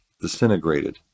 disintegrated